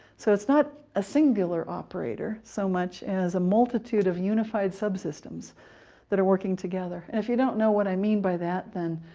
so it's not a singular operator, so much as a multitude of unified subsystems that are working together. and if you don't know what i mean by that, then